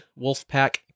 Wolfpack